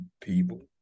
people